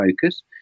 focus